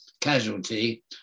Casualty